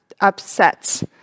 upsets